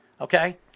Okay